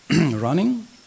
running